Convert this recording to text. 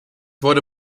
wurde